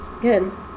Good